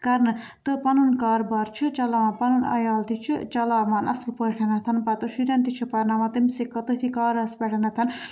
کَرنہٕ تہٕ پَنُن کاربار چھُ چَلاوان پَنُن عیال تہِ چھُ چَلاوان اَصٕل پٲٹھۍ پَتہٕ شُرٮ۪ن تہِ چھِ پَرناوان تٔمۍسٕے تٔتھی کارَس پٮ۪ٹھ